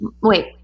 wait